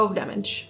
damage